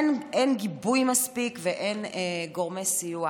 אין גיבוי מספיק ואין גורמי סיוע.